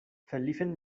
verliefen